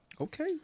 Okay